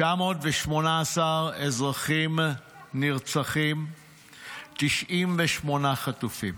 918 אזרחים נרצחים, 98 חטופים.